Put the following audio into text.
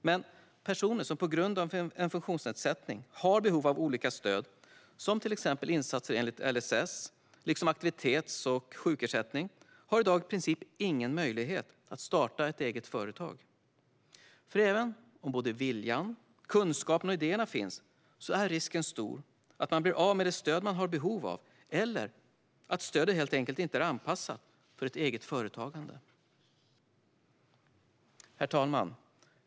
Men personer som på grund av en funktionsnedsättning har behov av olika stöd, till exempel insatser enligt LSS liksom aktivitets och sjukersättning, har i dag i princip ingen möjlighet att starta ett eget företag. Även om viljan, kunskapen och idéerna finns är risken stor att man blir av med stöd man har behov av eller att stödet helt enkelt inte är anpassat för eget företagande. Herr talman!